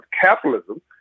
capitalism